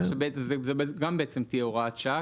כך שזה בעצם תהיה הוראת שעה,